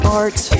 art